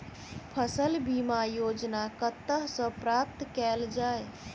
फसल बीमा योजना कतह सऽ प्राप्त कैल जाए?